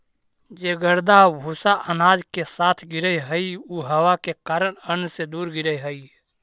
जे गर्दा आउ भूसा अनाज के साथ गिरऽ हइ उ हवा के कारण अन्न से दूर गिरऽ हइ